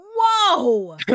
Whoa